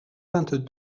vingt